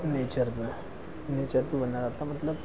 nature पर nature पर बना रहा था मतलब